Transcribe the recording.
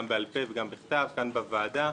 גם בעל פה וגם בכתב כאן בוועדה,